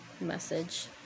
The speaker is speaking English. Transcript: message